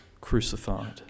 crucified